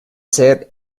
ser